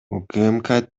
укмк